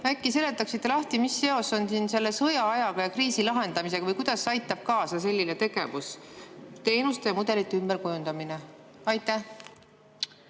Äkki seletaksite lahti, mis seos on sellel sõjaajaga ja kriisi lahendamisega? Kuidas aitab kaasa selline tegevus nagu teenuste mudelite ümberkujundamine? Aitäh!